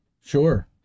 Sure